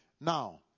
Now